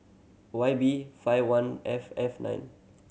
Y B five one F F nine